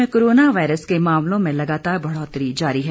प्रदेश में corona virus के मामलों में लगातार बढ़ोतरी जारी है